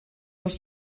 els